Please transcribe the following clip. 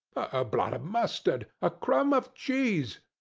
a blot of mustard, a crumb of cheese,